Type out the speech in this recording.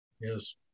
Yes